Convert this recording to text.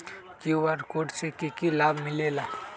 QR code से कि कि लाव मिलेला?